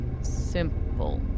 simple